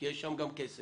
כי יש שם גם כסף.